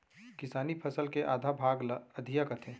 किसानी फसल के आधा भाग ल अधिया कथें